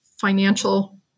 financial